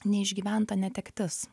neišgyventa netektis